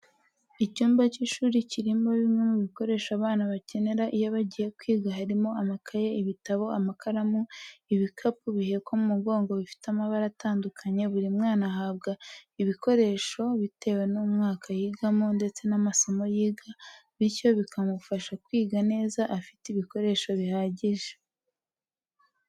Icyumba cy'ishuri kirimo bimwe mu bikoresho abana bakenera iyo bagiye kwiga harimo amakaye, ibitabo, amakaramu, ibikapu bihekwa mu mugongo bifite amabara atandukanye buri mwana ahabwa ibikoresho bitewe n'umwaka yigamo ndetse n'amasomo yiga bityo bikamufasha kwiga neza afite ibikoresho bihagije.